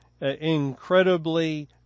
incredibly